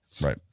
Right